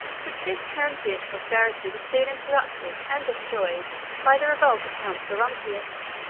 but this transient prosperity was soon interrupted and destroyed by the revolt of count gerontius,